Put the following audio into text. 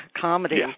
comedy